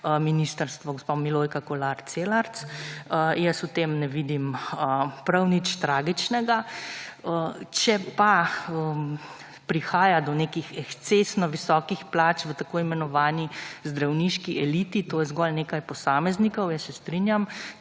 ministrstvo gospa Milojka Kolar Celarc. Jaz v tem ne vidim prav nič tragičnega. Če pa prihaja do nekih ekscesno visokih plač v tako imenovani zdravniški eliti to je zgolj nekaj posameznikov jaz se strinjam.